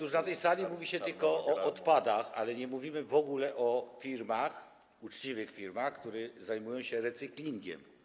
Otóż na tej sali mówi się tylko o odpadach, ale nie mówimy w ogóle o firmach, uczciwych firmach, które zajmują się recyklingiem.